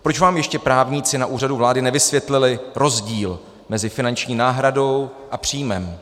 Proč vám ještě právníci na Úřadu vlády nevysvětlili rozdíl mezi finanční náhradou a příjmem?